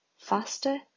Faster